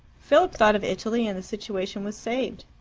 philip thought of italy, and the situation was saved.